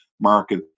market